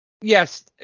Yes